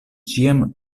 ĉiam